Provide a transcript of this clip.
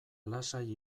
lasai